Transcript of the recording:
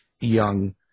young